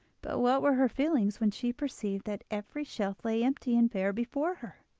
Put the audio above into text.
but what were her feelings when she perceived that every shelf lay empty and bare before her!